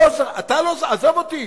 עזוב אותי.